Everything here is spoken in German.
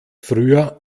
früher